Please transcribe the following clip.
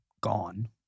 gone